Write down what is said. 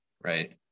right